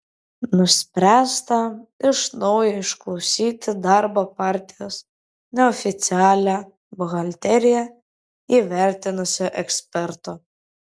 nuspręsta iš naujo išklausyti darbo partijos neoficialią buhalteriją įvertinusio eksperto